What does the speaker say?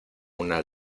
una